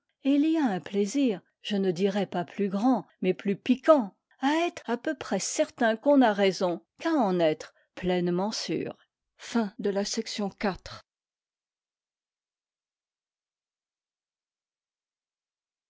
et il y a un plaisir je ne dirai pas plus grand mais plus piquant à être à peu près certain qu'on a raison qu'à en être pleinement sûr